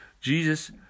Jesus